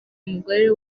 umugore